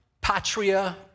patria